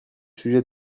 sujet